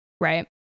Right